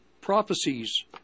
prophecies